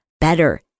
better